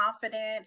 confident